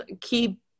keep